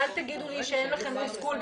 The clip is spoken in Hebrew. ואל תגידו לי שאין לכן תסכול בתחומכן.